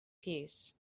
peace